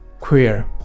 queer